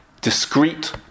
discrete